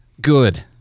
Good